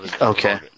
Okay